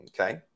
okay